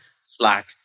Slack